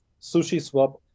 SushiSwap